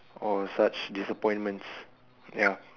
or such disappointments ya